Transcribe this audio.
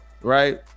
right